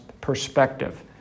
perspective